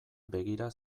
begira